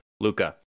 luca